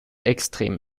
extrem